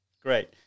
Great